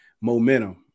momentum